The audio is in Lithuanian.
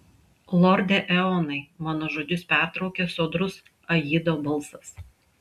lorde eonai mano žodžius pertraukė sodrus aido balsas